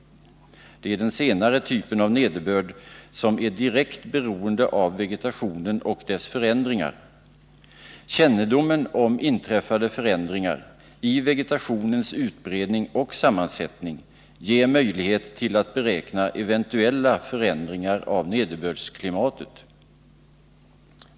Det är denna senare typ av nederbörd som är direkt beroende av vegetationen och dess förändringar. Kännedomen om inträffade förändringar i vegetationens utbredning och sammansättning ger oss möjlighet att beräkna eventuella förändringar i nederbördsklimatet.